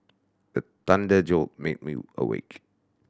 the thunder jolt me me awake